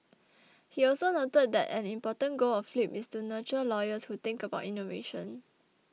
he also noted that an important goal of flip is to nurture lawyers who think about innovation